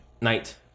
night